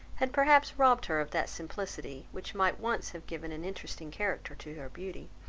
had perhaps robbed her of that simplicity which might once have given an interesting character to her beauty.